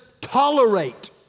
tolerate